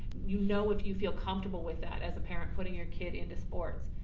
you know if you feel comfortable with that as a parent putting your kid into sports.